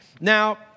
Now